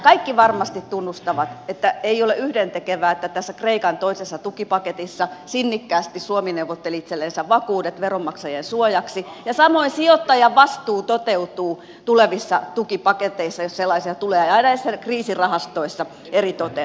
kaikki varmasti tunnustavat että ei ole yhdentekevää että kreikan toisessa tukipaketissa suomi sinnikkäästi neuvotteli itsellensä vakuudet veronmaksajien suojaksi ja samoin sijoittajavastuu toteutuu tulevissa tukipaketeissa jos sellaisia tulee ja kriisirahastoissa eritoten